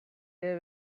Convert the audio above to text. they